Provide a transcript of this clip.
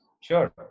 Sure